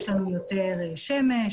יש לנו יותר שמש,